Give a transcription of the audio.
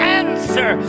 answer